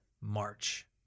March